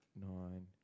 nine